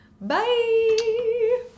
Bye